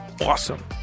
awesome